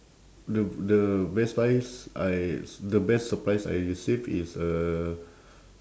the the best prize I the best surprise I receive is a